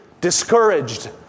discouraged